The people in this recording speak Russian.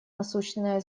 насущное